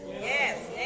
Yes